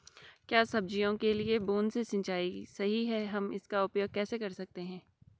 क्या सब्जियों के लिए बूँद से सिंचाई सही है हम इसका उपयोग कैसे कर सकते हैं?